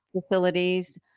facilities